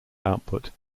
output